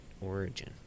origin